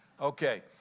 Okay